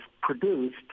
produced